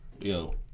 Yo